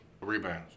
Rebounds